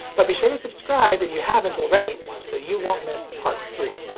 but be sure to subscribe if you haven't already so you won't miss part three.